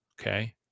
okay